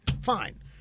Fine